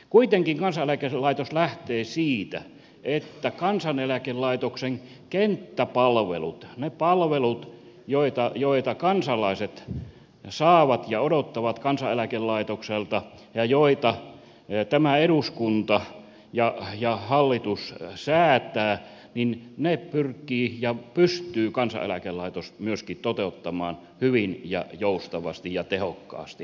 kuitenkin kansaneläkelaitos lähtee siitä että kansaneläkelaitoksen kenttäpalvelut ne palvelut joita kansalaiset saavat ja odottavat kansaneläkelaitokselta ja joita tämä eduskunta ja hallitus säätää pyrkii ja pystyy kansaneläkelaitos myöskin toteuttamaan hyvin ja joustavasti ja tehokkaasti